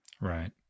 Right